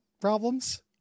problems